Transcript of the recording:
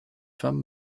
femme